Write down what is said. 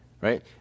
right